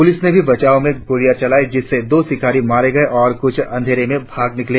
police ने भी बचाव में गोलियां चलाई जिससे दो शिकारी मारे गये और कुछ अंधेरे में भाग निकले